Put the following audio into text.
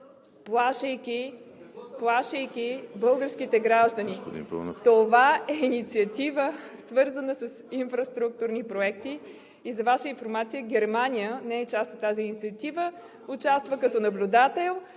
плашейки българските граждани. Това е инициатива, свързана с инфраструктурни проекти. За Ваша информация Германия не е част от тази инициатива – участва като наблюдател.